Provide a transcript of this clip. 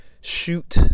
shoot